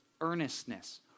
earnestness